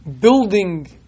building